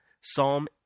Psalm